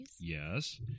Yes